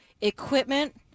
equipment